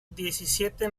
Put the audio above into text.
diecisiete